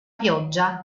pioggia